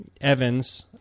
Evans